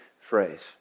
phrase